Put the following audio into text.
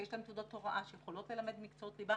שיש להן תעודות הוראה ויכולות ללמד מקצועות ליבה,